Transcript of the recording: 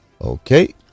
okay